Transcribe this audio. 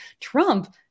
Trump